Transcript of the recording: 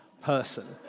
person